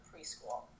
preschool